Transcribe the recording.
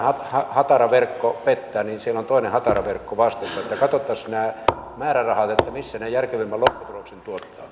hatara verkko pettää niin siellä on toinen hatara verkko vastassa että katsottaisiin nämä määrärahat missä ne tuottavat järkevimmän lopputuloksen